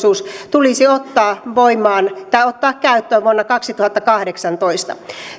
tulisi ottaa käyttöön vuonna kaksituhattakahdeksantoista